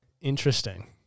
Interesting